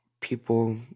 people